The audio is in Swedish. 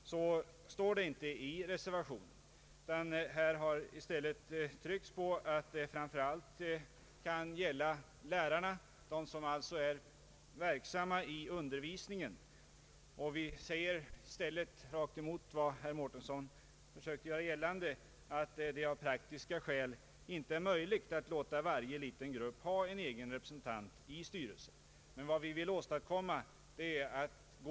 Så står det inte i reservationen. Vi har i stället tryckt på att det framför allt gäller lärarna, alltså dem som är verksamma i undervisningen. Vi säger, tvärtemot vad herr Mårtensson försökte göra gällande, att ”det av praktiska skäl inte är möjligt att låta varje liten grupp ha en egen representant i styrelsen”. Vad vi vill åstadkomma är en utvidgad representation.